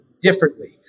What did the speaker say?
differently